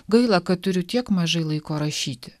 gaila kad turiu tiek mažai laiko rašyti